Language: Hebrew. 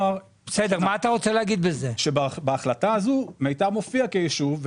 ובה מיתר הופיע כיישוב.